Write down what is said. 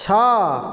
ଛଅ